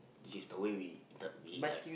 this is the way we be like